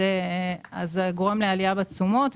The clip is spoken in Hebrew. אז זה גורם לעלייה בתשומות.